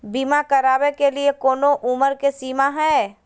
बीमा करावे के लिए कोनो उमर के सीमा है?